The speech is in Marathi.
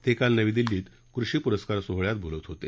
ते काल नवी दिल्लीत कृषी पुरस्कार सोहळ्यात बोलत होते